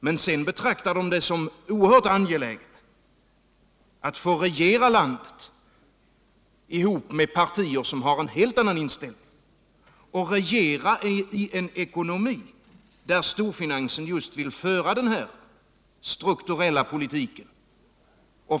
Men sedan betraktar centern det som oerhört angeläget att få regera landet ihop med partier som har en helt annan inställning, och regera i en ekonomi där storfinansen just vill föra den här strukturella politiken.